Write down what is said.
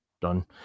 done